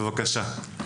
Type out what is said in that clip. בבקשה.